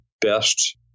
best